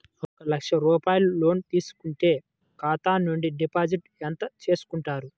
ఒక లక్ష రూపాయలు లోన్ తీసుకుంటే ఖాతా నుండి డిపాజిట్ ఎంత చేసుకుంటారు?